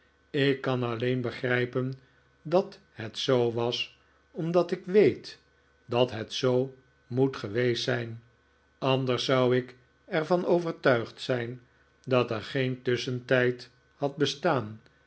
ik kan alleen begrijpen dat het zoo was omdat ik weet dat het zoo moet geweest zijn anders zou ik er van overtuigd zijn dat er geen tusschentijd had bestaan